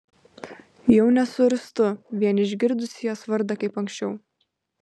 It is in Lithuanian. jau nesuirztu vien išgirdusi jos vardą kaip anksčiau